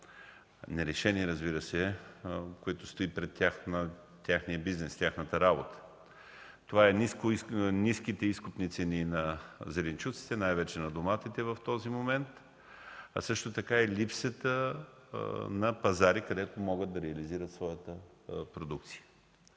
нерешени, разбира се, които стоят пред тях, пред тяхната работа. Това са ниските изкупни цени на зеленчуците, най-вече на доматите в този момент, а също така и липсата на пазари, където могат да реализират своята продукция.